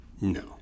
No